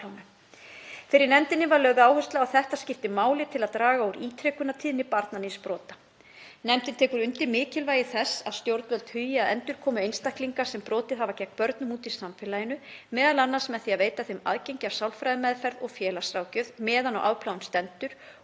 Fyrir nefndinni var lögð áhersla á að þetta skipti máli til að draga úr ítrekunartíðni barnaníðsbrota. Nefndin tekur undir mikilvægi þess að stjórnvöld hugi að endurkomu einstaklinga sem brotið hafa gegn börnum út í samfélagið, m.a. með því að veita þeim aðgengi að sálfræðimeðferð og félagsráðgjöf meðan á afplánun stendur